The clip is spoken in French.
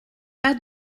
pas